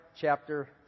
chapter